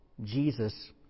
Jesus